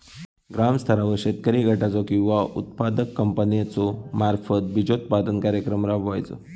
ग्रामस्तरावर शेतकरी गटाचो किंवा उत्पादक कंपन्याचो मार्फत बिजोत्पादन कार्यक्रम राबायचो?